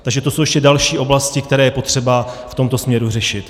Takže to jsou ještě další oblasti, které je potřeba v tomto směru řešit.